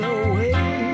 away